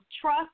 trust